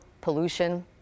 pollution